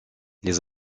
les